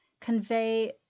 convey